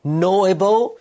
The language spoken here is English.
knowable